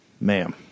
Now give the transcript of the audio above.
ma'am